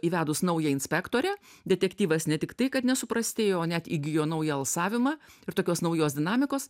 įvedus naują inspektorę detektyvas ne tik tai kad nesuprastėjo o net įgijo naują alsavimą ir tokios naujos dinamikos